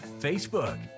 Facebook